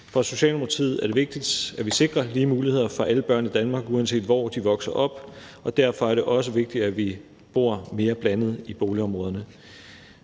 For Socialdemokratiet er det vigtigt, at vi sikrer lige muligheder for alle børn i Danmark, uanset hvor de vokser op, og derfor er det også vigtigt, at vi bor mere blandet i boligområderne.